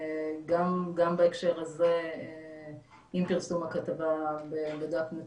גם בהקשר הזה עם פרסום הכתבה בדקנו את